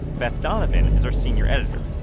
beth donovan is our senior editor.